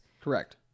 Correct